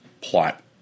plot